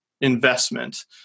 investment